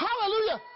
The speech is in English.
Hallelujah